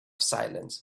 silence